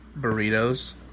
Burritos